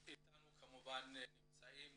איתנו כמובן נמצאים